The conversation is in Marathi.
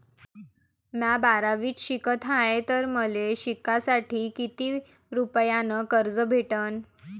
म्या बारावीत शिकत हाय तर मले शिकासाठी किती रुपयान कर्ज भेटन?